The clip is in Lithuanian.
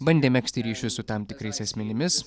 bandė megzti ryšius su tam tikrais asmenimis